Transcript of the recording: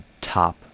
top